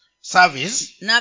service